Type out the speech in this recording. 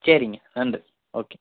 சரிங்க நன்றி ஓகே